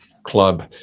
club